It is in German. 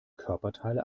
körperteile